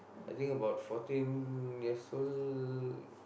I think about fourteen years old